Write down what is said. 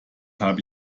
habe